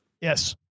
yes